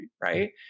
right